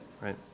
right